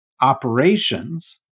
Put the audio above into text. operations